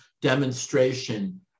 demonstration